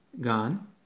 gone